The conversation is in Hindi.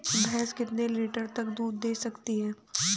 भैंस कितने लीटर तक दूध दे सकती है?